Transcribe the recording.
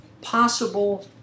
Possible